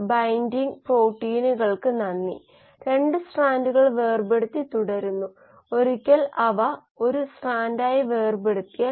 അതിനാൽ minus 1 minus 1 minus 1 പൂജ്യം 1 പൂജ്യം പൂജ്യം പൂജ്യം 1 ഇത് r പൂജ്യം r 1 r 2 എന്നിവയുമായി യോജിക്കുന്നു